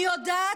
אני יודעת,